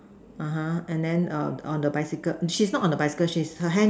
(uh huh) and then err on the bicycle she's not on the bicycle she's her hand